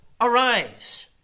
arise